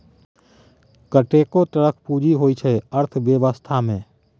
कतेको तरहक पुंजी होइ छै अर्थबेबस्था मे